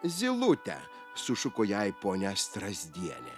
zylute sušuko jai ponia strazdienė